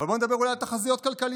אבל בואו נדבר אולי על תחזיות כלכליות,